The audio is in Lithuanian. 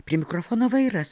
prie mikrofono vairas